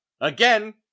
Again